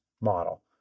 model